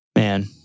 Man